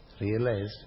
realized